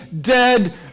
dead